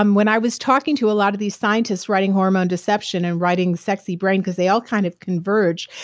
um when i was talking to a lot of these scientists writing hormone deception and writing sexy brain because they all kind of converge,